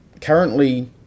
currently